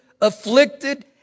afflicted